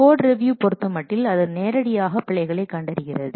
code review பொறுத்தமட்டில் அது நேரடியாக பிழைகளை கண்டறிகிறது